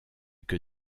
que